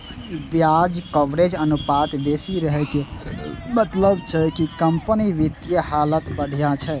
ब्याज कवरेज अनुपात बेसी रहै के मतलब छै जे कंपनीक वित्तीय हालत बढ़िया छै